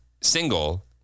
single